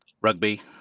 Rugby